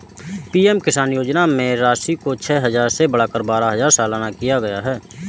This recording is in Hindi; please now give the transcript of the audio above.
पी.एम किसान योजना में राशि को छह हजार से बढ़ाकर बारह हजार सालाना किया गया है